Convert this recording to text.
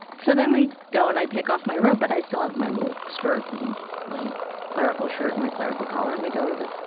so then we go, and i take off my robe but i still have my little skirt and my clerical shirt and my clerical collar, and we go to the